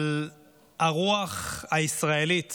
על הרוח הישראלית